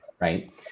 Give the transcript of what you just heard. right